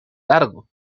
largo